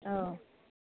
औ